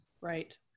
Right